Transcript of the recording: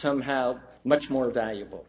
somehow much more valuable